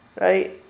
right